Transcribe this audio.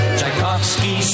Tchaikovsky